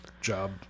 job